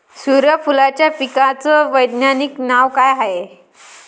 सुर्यफूलाच्या पिकाचं वैज्ञानिक नाव काय हाये?